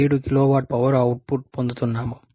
7 kilowatt power output పొందుతున్నాము